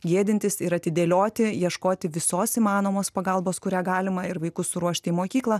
gėdintis ir atidėlioti ieškoti visos įmanomos pagalbos kurią galima ir vaikus suruošti į mokyklą